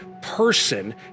person